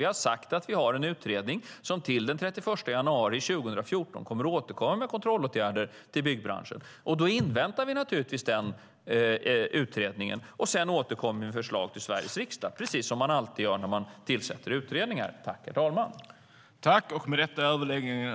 Vi har sagt att vi har en utredning som till den 31 januari 2014 kommer att återkomma med förslag till kontrollåtgärder till byggbranschen. Då inväntar vi naturligtvis denna utredning. Sedan återkommer vi med förslag till Sveriges riksdag, precis som man alltid gör när man tillsätter utredningar.